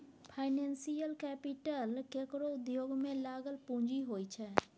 financial capital केकरो उद्योग में लागल पूँजी होइ छै